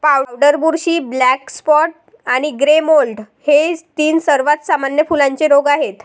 powder बुरशी, black spot आणि grey mould हे तीन सर्वात सामान्य फुलांचे रोग आहेत